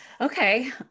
okay